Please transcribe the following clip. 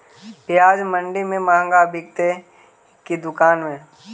प्याज मंडि में मँहगा बिकते कि दुकान में?